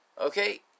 Okay